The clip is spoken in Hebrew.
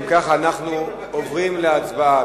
אם כך, אנחנו עוברים להצבעה.